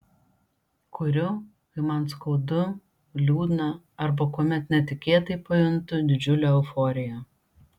kuriu kai man skaudu liūdna arba kuomet netikėtai pajuntu didžiulę euforiją